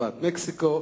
שפעת מקסיקו,